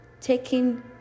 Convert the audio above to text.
taking